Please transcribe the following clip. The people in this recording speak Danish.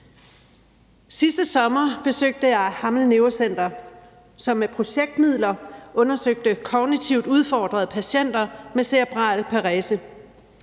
Sidste sommer besøgte jeg Hammel Neurocenter, som med projektmidler undersøgte kognitivt udfordrede patienter med cerebral parese.